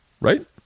Right